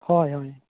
ᱦᱳᱭ ᱦᱳᱭ